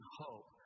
hope